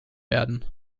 werden